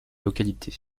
localité